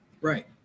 Right